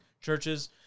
churches